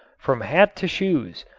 from hat to shoes,